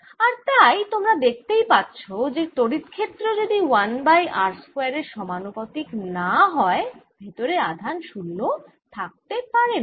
আর তাই তোমরা দেখতেই পাচ্ছ যে তড়িৎ ক্ষেত্র যদি 1 বাই r স্কয়ার এর সমানুপাতিক না হয় ভেতরে আধান শুন্য থাকতে পারেনা